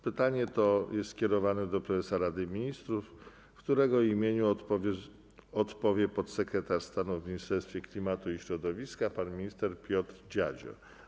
Pytanie to jest skierowanego do prezesa Rady Ministrów, w którego imieniu odpowie podsekretarz stanu w Ministerstwie Klimatu i Środowiska pan minister Piotr Dziadzio.